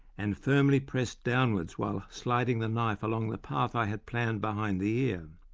and firmly pressed downwards while sliding the knife along the path i had planned behind the ear.